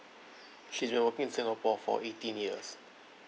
she's been working in singapore for eighteen years